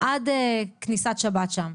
עד כניסת שבת שם.